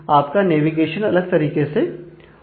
आपका नेविगेशन अलग तरीके से हो सकता है